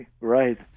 right